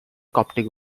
coptic